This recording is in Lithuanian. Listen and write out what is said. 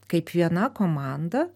kaip viena komanda